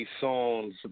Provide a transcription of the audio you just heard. songs